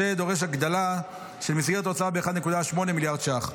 מה שדורש הגדלה של מסגרת ההוצאה ב-1.8 מיליארד ש"ח.